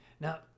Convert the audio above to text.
Now